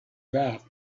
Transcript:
that